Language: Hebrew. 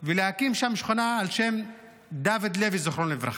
ולהקים שם שכונה על שם דוד לוי זיכרונו לברכה.